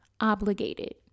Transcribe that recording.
obligated